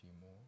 more